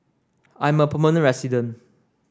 I'm a permanent resident